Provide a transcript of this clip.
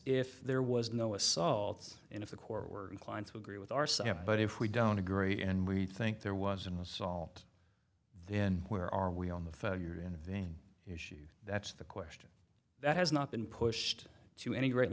if there was no assaults and if the core were inclined to agree with our sample but if we don't agree and we think there was an assault then where are we on the failure in vain issues that's the question that has not been pushed to any great